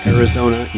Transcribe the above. Arizona